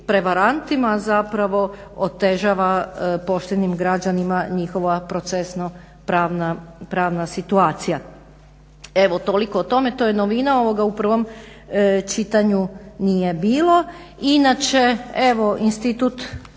prevarantima zapravo otežava poštenim građanima njihova procesno-prava situacija. Evo, toliko o tome, to je novina. Ovoga u prvom čitanju nije bilo. Inače, evo institut